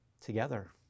together